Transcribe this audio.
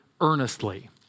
earnestly